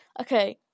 okay